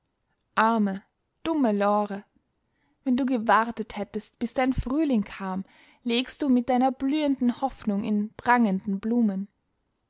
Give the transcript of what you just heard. arme dumme lore wenn du gewartet hättest bis dein frühling kam lägst du mit deiner blühenden hoffnung in prangenden blumen